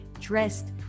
dressed